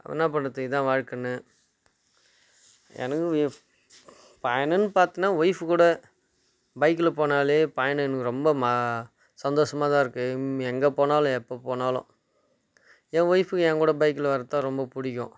என்ன பண்ணுறது இதுதான் வாழ்க்கைன்னு எனக்கு பயணம்னு பார்த்தனா ஒயிஃப் கூட பைக்ல போனாலே பயணம் எனக்கு ரொம்ப ம சந்தோஷமா தான் இருக்குது எங்கள் போனாலும் எப்போ போனாலும் என் ஒயிஃப் என்கூட பைக்ல வர்றதுதான் ரொம்ப பிடிக்கும்